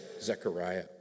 Zechariah